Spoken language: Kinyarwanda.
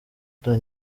igihe